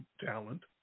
talent